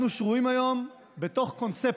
אנחנו שרויים היום בתוך קונספציה.